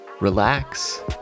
Relax